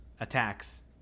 attacks